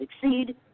succeed